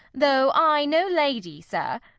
though i no lady, sir.